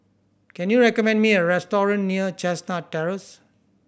can you recommend me a restaurant near Chestnut Terrace